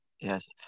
Yes